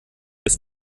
ist